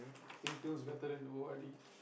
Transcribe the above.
thing feels better than o_r_d